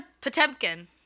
Potemkin